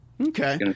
okay